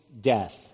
death